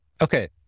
Okay